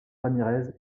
ramírez